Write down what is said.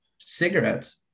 cigarettes